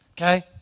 Okay